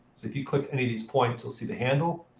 if you click any of these points, you'll see the handle.